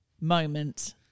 moment